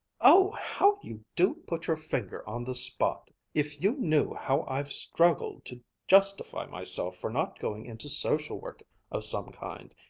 oh, how you do put your finger on the spot! if you knew how i've struggled to justify myself for not going into social work of some kind!